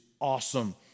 awesome